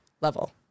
level